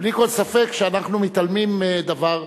בלי כל ספק שאנחנו מתעלמים, דבר,